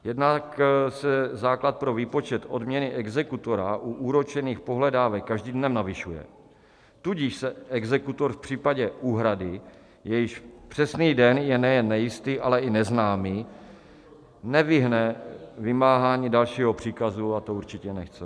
Jednak se základ pro výpočet odměny exekutora u úročených pohledávek každým dnem navyšuje, tudíž se exekutor v případě úhrady, jejíž přesný den je nejen nejistý, ale i neznámý, nevyhne vymáhání dalšího příkazu, a to určitě nechceme.